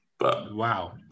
Wow